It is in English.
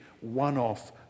one-off